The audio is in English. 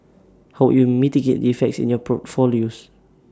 how would you mitigate effects in your portfolios